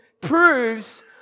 proves